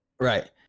Right